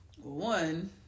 One